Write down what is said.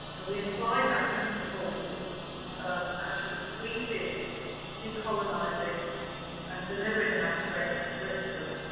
and we apply that principle in actually sweeping decolonizing and delivering an anti racist curriculum,